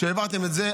כשהעברתם את זה,